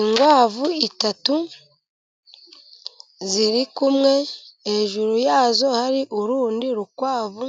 Inkwavu eshatu ziri kumwe, hejuru yazo hari urundi rukwavu,